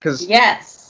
Yes